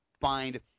find